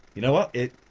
you know what, it's